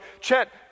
Chet